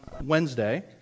Wednesday